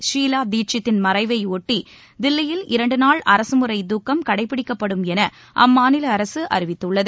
ஷீலா தீக்ஷித்தின் மறைவை ஒட்டி தில்லியில் இரண்டு நாள் அரசுமுறை துக்கம் கடைப்பிடிக்கப்படும் என அம்மாநில அரசு அறிவித்துள்ளது